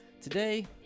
today